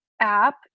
app